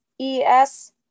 E-S